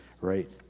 right